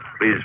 Please